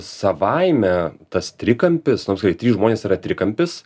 savaime tas trikampis apskritai trys žmonės yra trikampis